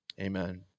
Amen